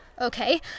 okay